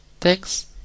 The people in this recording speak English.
Thanks